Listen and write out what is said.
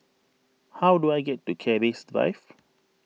how do I get to Keris Drive